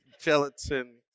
gelatin